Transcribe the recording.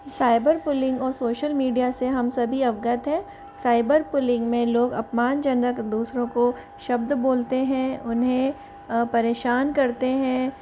cyber bullying और social media से हम सभी अवगत है साइबर पुलिंग में लोग अपमानजनक दूसरों को शब्द बोलते हैं उन्हें परेशान करते हैं